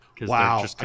Wow